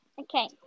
Okay